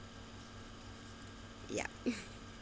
ya